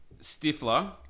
Stifler